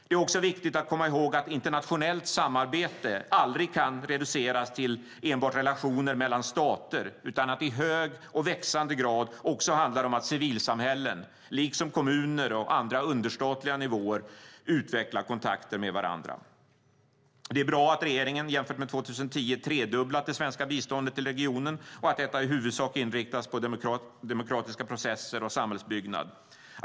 Det är också viktigt att komma ihåg att internationellt samarbete aldrig kan reduceras till enbart relationer mellan stater, utan att det i hög och växande grad också handlar om att civilsamhällen, liksom kommuner och andra understatliga nivåer, utvecklar kontakter med varandra. Det är bra att regeringen, jämfört med 2010, tredubblat det svenska biståndet till regionen och att detta i huvudsak inriktas på demokratiska processer och samhällsbyggnad.